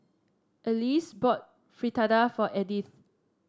Alyse bought Fritada for Edith